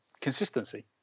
consistency